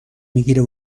میگیره